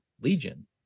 legion